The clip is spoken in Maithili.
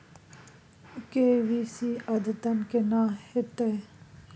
के.वाई.सी अद्यतन केना होतै?